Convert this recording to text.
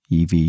EV